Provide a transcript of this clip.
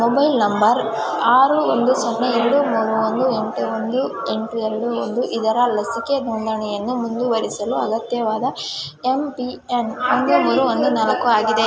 mobile number ಆರು ಒಂದು ಸೊನ್ನೆ ಎರಡು ಮೂರು ಒಂದು ಎಂಟು ಒಂದು ಎಂಟು ಎರಡು ಒಂದು ಇದರ ಲಸಿಕೆ ನೋಂದಣಿಯನ್ನು ಮುಂದುವರಿಸಲು ಅಗತ್ಯವಾದ ಎಂ ಪಿ ಎನ್ ಒಂದು ಮೂರು ಒಂದು ನಾಲ್ಕು ಆಗಿದೆ